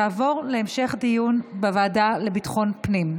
תעבור להמשך דיון בוועדה לביטחון הפנים.